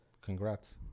Congrats